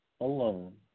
alone